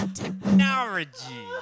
technology